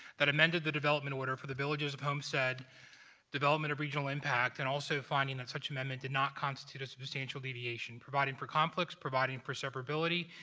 that amended the development order for the villages of homestead development of regional impact and also finding such amendment did not constitute a substantial deviation providing for conflicts providing for severability,